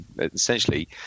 essentially